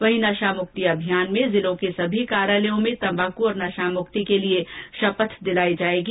वहीं नशामुक्ति अभियान में जिलों के सभी कार्यालयों में तंबाकू और नशामुक्ति के लिये प्रतिज्ञा दिलाई जायेगी